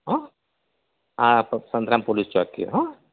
હો હા તો સંતરામ પોલીસ ચોકીએ હો